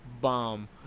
bomb